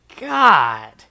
God